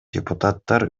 депутаттар